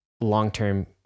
long-term